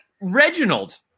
Reginald